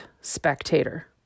spectator